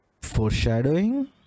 Foreshadowing